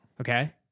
Okay